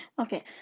okay